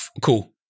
cool